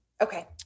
okay